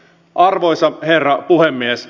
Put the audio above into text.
arvoisa herra puhemies